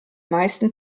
meisten